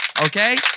Okay